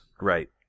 Right